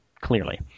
clearly